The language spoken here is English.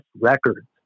records